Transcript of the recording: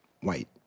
white